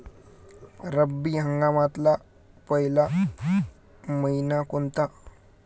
रब्बी हंगामातला पयला मइना कोनता?